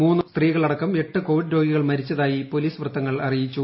മൂന്ന് സ്ത്രീകളടക്കം എട്ടു കോവിഡ് രോഗികൾ മരിച്ചതായി പോലീസ് വൃത്തങ്ങൾ അറിയിച്ചു